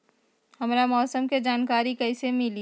हमरा मौसम के जानकारी कैसी मिली?